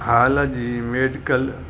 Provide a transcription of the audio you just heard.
हाल जी मैडिकल